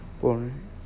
born